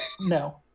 no